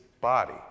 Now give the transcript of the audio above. body